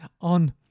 on